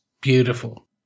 beautiful